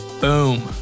Boom